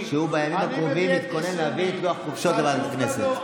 שהוא באמת מתכונן להביא את לוח חופשות הכנסת.